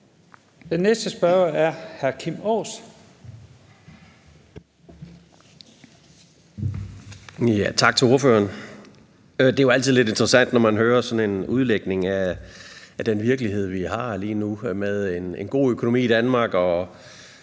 Den næste spørger er hr. Kim Aas.